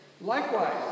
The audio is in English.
Likewise